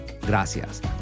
Gracias